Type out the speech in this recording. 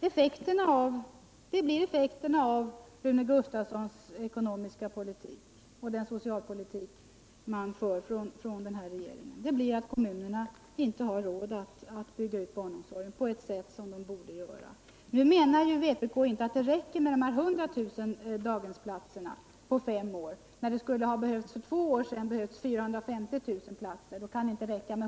Effekterna av Rune Gustavssons och regeringens ekonomiska politik och socialpolitik blir alltså att kommunerna inte har råd att bygga ut barnomsorgen på det sätt som de borde göra. Nu anser vpk att det inte räcker med dessa 100 000 nya barndaghemsplatser på fem år. För två år sedan talade man ju om att det behövdes 450 000 platser.